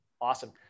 Awesome